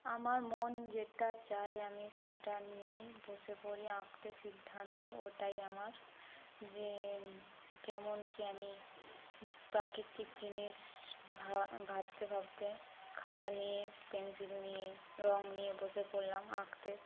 আমার মন যেটা চায় আমি সেটা নিয়েই বসে পড়ি আঁকতে সিদ্ধান্ত ওটাই আমার যেম যেমন কি আমি প্রাকৃতিক জিনিস ভাবতে ভাবতে খাতা নিয়ে পেন্সিল নিয়ে রঙ নিয়ে বসে পড়লাম আঁকতে